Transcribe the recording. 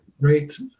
great